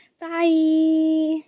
bye